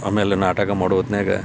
ಆಮೇಲೆ ನಾಟಕ ಮಾಡೊ ಹೊತ್ನಾಗ